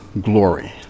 glory